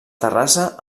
terrassa